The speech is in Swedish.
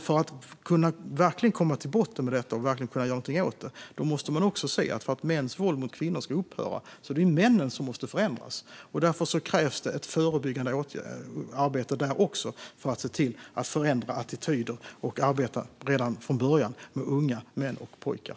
För att verkligen kunna gå till botten med problemet och göra någonting åt det behöver man se att det är männen som måste förändras för att mäns våld mot kvinnor ska upphöra. Därför krävs det ett förebyggande arbete även där för att se till att förändra attityder och arbeta redan från början med unga män och pojkar.